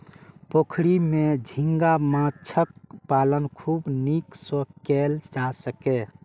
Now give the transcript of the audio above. पोखरि मे झींगा माछक पालन खूब नीक सं कैल जा सकैए